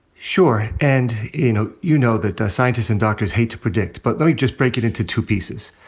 sure. and, you know, you know that scientists and doctors hate to predict, but let me just break it into two pieces.